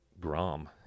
grom